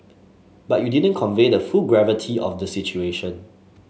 but you didn't convey the full gravity of the situation